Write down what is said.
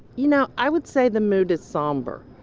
you know, i would say the mood is somber.